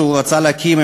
שהוא רצה להקים,